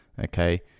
okay